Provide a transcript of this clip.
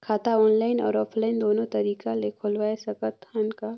खाता ऑनलाइन अउ ऑफलाइन दुनो तरीका ले खोलवाय सकत हन का?